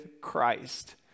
Christ